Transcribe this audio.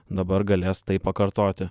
dabar galės tai pakartoti